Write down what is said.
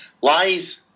lies